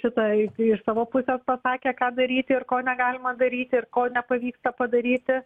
šitą iš savo pusės pasakė ką daryti ir ko negalima darytiir ko nepavyksta padaryti